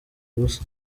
ubusa